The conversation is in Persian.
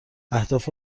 اهداف